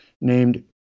named